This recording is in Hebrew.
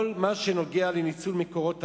כל מה שנוגע לניצול מקורות המים: